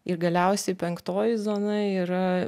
ir galiausiai penktoji zona yra